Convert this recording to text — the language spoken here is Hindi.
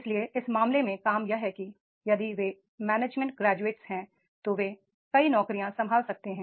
इसलिए इस मामले में काम यह है कि यदि वे मैनेजमेंट ग्रेजुएट हैं तो वे कई नौकरियां संभाल सकते हैं